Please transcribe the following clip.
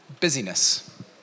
busyness